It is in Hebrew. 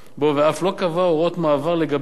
ואף לא קבע הוראות מעבר לגבי הרווחים